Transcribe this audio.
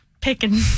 picking